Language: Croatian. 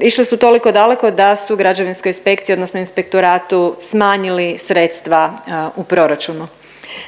išli su toliko daleko da su građevinskoj inspekciji odnosno inspektoratu smanjili sredstva u proračunu.